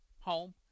home